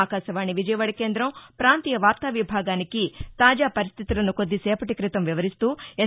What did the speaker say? ఆకాశవాణి విజయవాడ కేంద్రం పాంతీయ వార్తా విభాగానికి తాజా పరిస్తితులను కొద్ది సేపటి క్రితం వివరిస్తూ ఎస్